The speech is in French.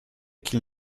qu’il